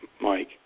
Mike